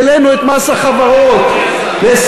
העלינו את מס החברות ל-26.5%,